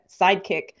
sidekick